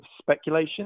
speculation